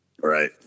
Right